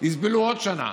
יסבלו עוד שנה?